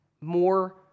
More